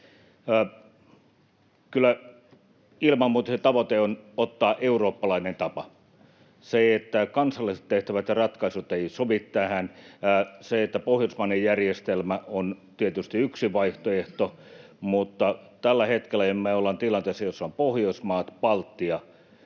Kyllä ilman muuta tavoite on ottaa eurooppalainen tapa. Kansallisesti tehtävät ratkaisut eivät sovi tähän, pohjoismainen järjestelmä on tietysti yksi vaihtoehto, mutta tällä hetkellä me ollaan tilanteessa, jossa ovat Pohjoismaat ja Baltia,